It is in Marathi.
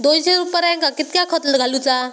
दोनशे सुपार्यांका कितक्या खत घालूचा?